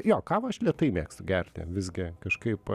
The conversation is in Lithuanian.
jo kavą aš lėtai mėgstu gerti visgi kažkaip